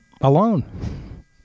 alone